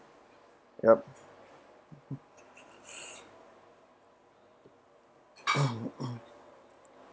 yup